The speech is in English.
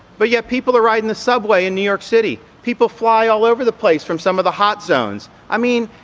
but yet people are riding the subway in new york city. people fly all over the place from some of the hot zones. i mean,